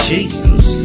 Jesus